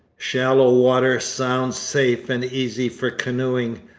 shallow water sounds safe and easy for canoeing,